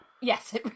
yes